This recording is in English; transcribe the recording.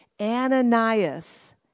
Ananias